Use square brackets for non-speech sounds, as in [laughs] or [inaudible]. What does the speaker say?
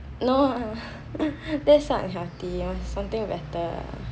no [laughs] this is so unhealthy I want something better